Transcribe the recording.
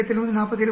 6 147